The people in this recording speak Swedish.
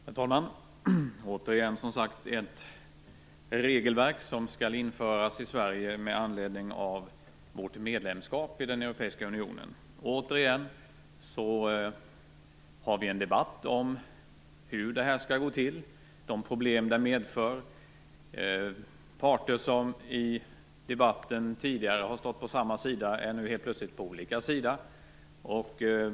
Herr talman! Återigen skall ett regelverk införas i Sverige med anledning av vårt medlemskap i den europeiska unionen. Återigen har vi en debatt om hur det här skall gå till och de problem det medför. Parter som i debatten tidigare har stått på samma sida står nu plötsligt på olika sidor.